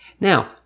Now